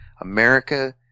America